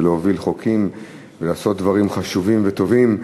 ולהוביל חוקים ולעשות דברים חשובים וטובים.